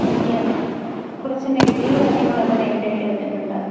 എനിക്ക് കുറച്ച് നെഗറ്റീവ് കാര്യങ്ങൾ അവിടെ നേരിടേണ്ടി വന്നിട്ടുണ്ട്